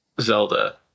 Zelda